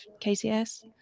KCS